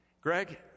Greg